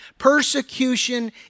persecution